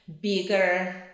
bigger